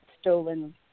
stolen